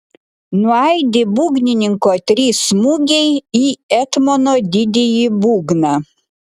nuaidi būgnininko trys smūgiai į etmono didįjį būgną